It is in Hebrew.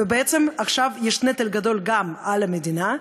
ובעצם עכשיו יש נטל גדול גם על המדינה.